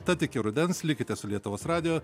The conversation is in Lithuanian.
tad iki rudens likite su lietuvos radiju